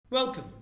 Welcome